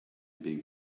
being